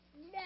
No